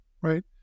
right